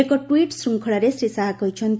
ଏକ ଟ୍ୱିଟ୍ ଶୃଙ୍ଖଳାରେ ଶ୍ରୀ ଶାହା କହିଛନ୍ତି